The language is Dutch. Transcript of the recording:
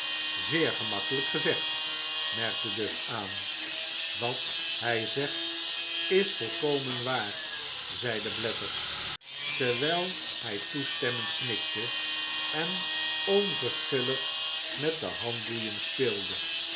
zeer gemakkelijk gezégd merkte duff aan wat hij zegt is volkomen waar zeide blathers terwijl hij toestemmend knikte en onverschillig met de handboeien speelde